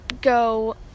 go